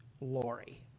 Lori